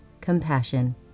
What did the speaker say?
Compassion